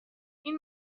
این